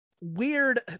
weird